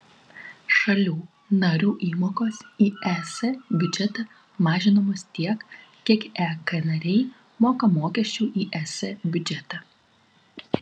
šalių narių įmokos į es biudžetą mažinamos tiek kiek ek nariai moka mokesčių į es biudžetą